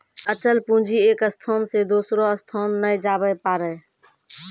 अचल पूंजी एक स्थान से दोसरो स्थान नै जाबै पारै